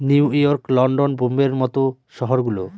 new York, London, বোম্বের মত শহর গুলো